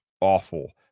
awful